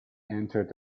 entered